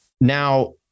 Now